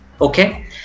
okay